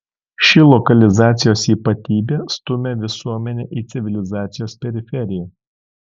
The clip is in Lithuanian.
ši lokalizacijos ypatybė stumia visuomenę į civilizacijos periferiją